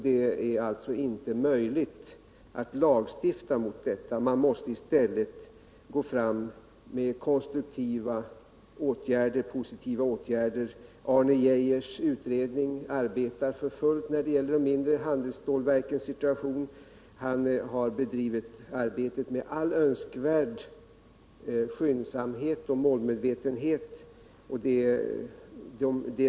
Det är alltså inte möjligt att lagstifta mot svårigheter av det här slaget. Man måste i stället gå fram med konstruktiva positiva åtgärder. Arne Geijers utredning arbetar för fullt när det gäller de mindre handelsstålverkens situation. Han har bedrivit arbetet med all önskvärd skyndsamhet och målmedvetenhet.